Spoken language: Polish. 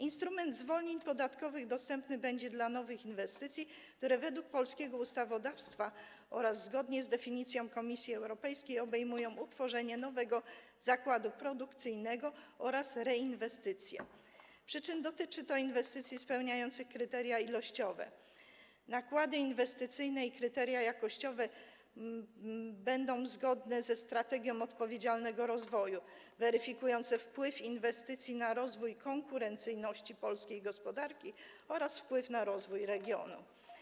Instrument zwolnień podatkowych dostępny będzie w wypadku nowych inwestycji, które według polskiego ustawodawstwa oraz zgodnie z definicją Komisji Europejskiej obejmują utworzenie nowego zakładu produkcyjnego oraz reinwestycje, przy czym dotyczy to inwestycji spełniających kryteria ilościowe, nakłady inwestycyjne, i kryteria jakościowe zgodne ze strategią odpowiedzialnego rozwoju, weryfikujące wpływ inwestycji na rozwój konkurencyjności polskiej gospodarki oraz wpływ na rozwój regionu.